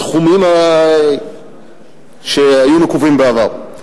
בסכומים שהיו נקובים בעבר.